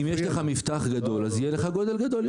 אם יש לך מפתח גדול, אז יהיה לך גודל גדול יותר.